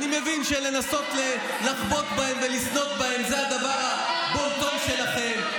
אני מבין שלנסות לחבוט בהם ולסנוט בהם זה הבון-טון שלכם,